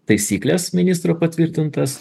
taisykles ministro patvirtintas